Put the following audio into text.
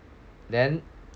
then